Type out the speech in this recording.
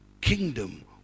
kingdom